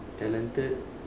talented